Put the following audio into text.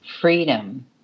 Freedom